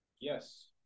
yes